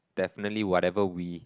definitely whatever we